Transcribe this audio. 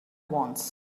wants